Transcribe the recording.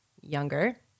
younger